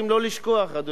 אדוני היושב-ראש,